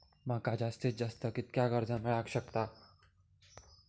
माका जास्तीत जास्त कितक्या कर्ज मेलाक शकता?